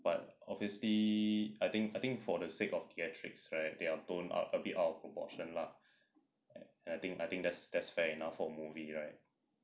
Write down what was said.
but obviously I think I think for the sake of theatrics right their tone ah a bit out of proportion lah and and I think I think that's that's fair enough for a movie right